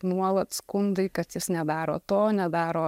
nuolat skundai kad jis nedaro to nedaro